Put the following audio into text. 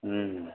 हुँ